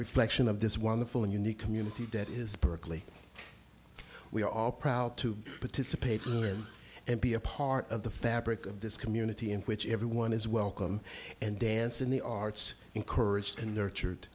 reflection of this wonderful and unique community dead is perfectly we are all proud to participate in and be a part of the fabric of this community in which everyone is welcome and dance in the arts encouraged and nurtured